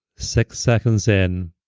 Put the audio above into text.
six seconds in.